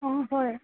অঁ হয়